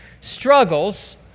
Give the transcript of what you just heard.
struggles